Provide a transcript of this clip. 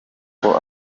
uko